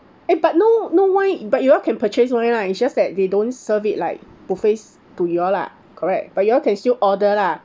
eh but no no wine but you all can purchase wine lah it's just that they don't serve it like buffets to you all lah correct but you all can still order lah